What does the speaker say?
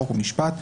חוק ומשפט,